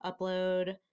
upload